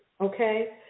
okay